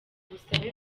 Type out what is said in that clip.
ubusabe